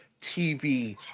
TV